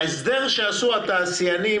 בהסדר שעשו התעשיינים,